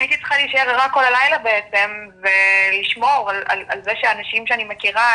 והייתי צריכה להישאר ערה כל הלילה בעצם ולשמור על זה שאנשים שאני מכירה,